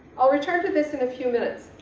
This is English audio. i'll return to this in a few minutes,